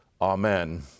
Amen